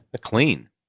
Clean